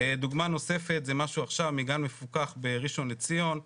דוגמה נוספת זה משהו מעכשיו מגן מפוקח בראשון לציון.